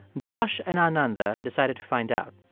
josh and ananda decided to find out.